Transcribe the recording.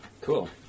Cool